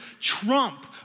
trump